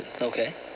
Okay